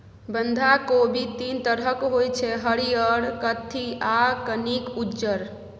बंधा कोबी तीन तरहक होइ छै हरियर, कत्थी आ कनिक उज्जर